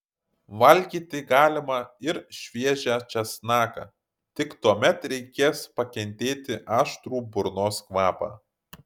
valgyti galima ir šviežią česnaką tik tuomet reikės pakentėti aštrų burnos kvapą